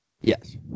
Yes